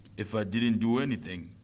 if i didn't do anything,